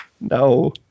No